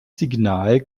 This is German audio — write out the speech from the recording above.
signal